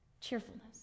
Cheerfulness